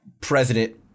president